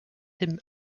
him